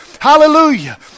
Hallelujah